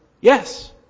yes